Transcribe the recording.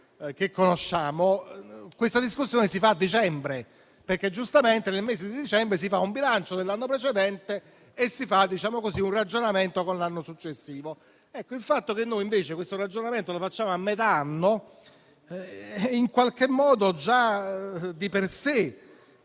che conosciamo, questa discussione si fa a dicembre, perché, giustamente, in quel mese si fanno un bilancio dell'anno precedente e un ragionamento per quello successivo. Il fatto che noi, invece, questo ragionamento lo facciamo a metà anno, in qualche modo già di per sé